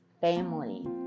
family